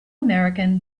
american